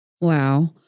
Wow